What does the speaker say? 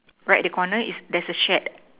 right at the corner is there's a shed